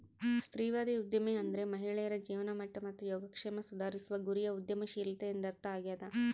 ಸ್ತ್ರೀವಾದಿ ಉದ್ಯಮಿ ಅಂದ್ರೆ ಮಹಿಳೆಯರ ಜೀವನಮಟ್ಟ ಮತ್ತು ಯೋಗಕ್ಷೇಮ ಸುಧಾರಿಸುವ ಗುರಿಯ ಉದ್ಯಮಶೀಲತೆ ಎಂದರ್ಥ ಆಗ್ಯಾದ